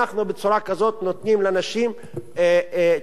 אנחנו בצורה כזו נותנים לנשים צ'אנס.